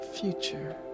future